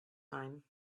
time